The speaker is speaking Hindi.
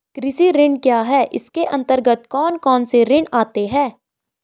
कृषि ऋण क्या है इसके अन्तर्गत कौन कौनसे ऋण आते हैं?